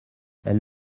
elle